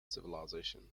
civilisation